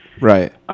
Right